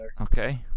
Okay